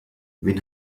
wen